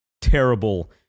terrible